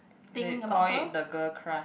they call it the girl crush